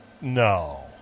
No